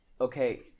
Okay